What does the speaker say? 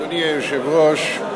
אדוני היושב-ראש,